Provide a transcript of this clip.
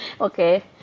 Okay